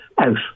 out